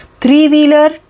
three-wheeler